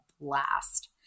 blast